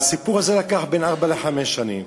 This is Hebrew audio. הסיפור הזה נמשך בין ארבע לחמש שנים.